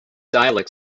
dialect